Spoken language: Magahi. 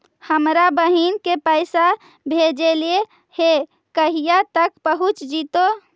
हमरा बहिन के पैसा भेजेलियै है कहिया तक पहुँच जैतै?